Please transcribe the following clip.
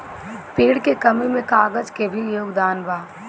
पेड़ के कमी में कागज के भी योगदान बा